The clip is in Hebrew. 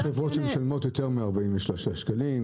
יש חברות שמשלמות יותר מ-43 שקלים.